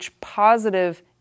positive